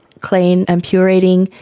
clean and pure eating,